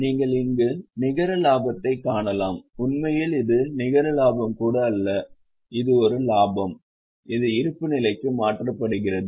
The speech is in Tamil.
நீங்கள் இங்கு நிகர லாபத்தைக் காணலாம் உண்மையில் இது நிகர லாபம் கூட அல்ல இது ஒரு லாபம் இது இருப்புநிலைக்கு மாற்றப்படுகிறது